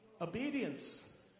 obedience